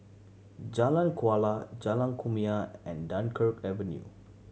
Jalan Kuala Jalan Kumia and Dunkirk Avenue